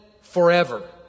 forever